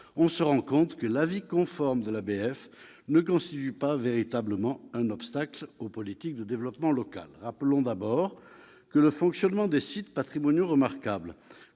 on se rend compte que l'avis conforme de ce dernier ne constitue pas véritablement un obstacle aux politiques de développement local. Rappelons d'abord que le fonctionnement des sites patrimoniaux remarquables,